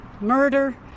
murder